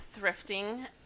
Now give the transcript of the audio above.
Thrifting